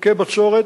מוכה בצורת,